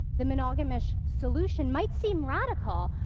the monogamish solution might seem radical,